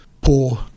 poor